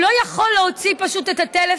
הוא לא יכול פשוט להוציא את הטלפון,